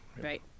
right